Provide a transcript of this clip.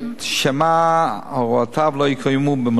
שמא הוראותיו לא יקוימו במלואן,